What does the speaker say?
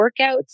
workouts